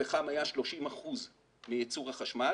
הפחם היה 30 אחוזים מייצור החשמל.